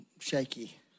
shaky